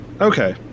Okay